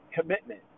commitment